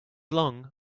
long